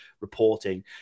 reporting